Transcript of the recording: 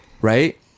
right